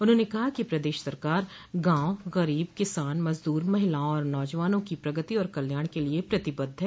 उन्होंने कहा कि प्रदेश सरकार गांव गरीब किसान मजदूर महिलाओं और नौजवानों की प्रगति और कल्याण के लिये प्रतिबद्ध है